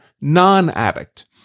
non-addict